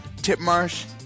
Tipmarsh